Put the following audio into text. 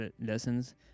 lessons